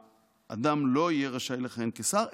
האדם לא יהיה רשאי לכהן כשר,